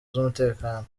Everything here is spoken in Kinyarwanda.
z’umutekano